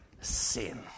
sin